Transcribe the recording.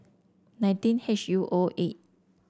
nineteen H U O eight